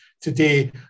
today